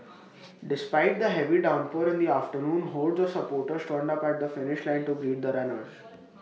despite the heavy downpour in the afternoon hordes of supporters turned up at the finish line to greet the runners